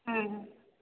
हूँ